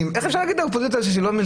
איך אתה חושב שההצבעות מגיעות?